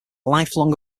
lifelong